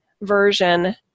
version